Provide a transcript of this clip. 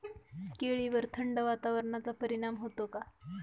केळीवर थंड वातावरणाचा परिणाम होतो का?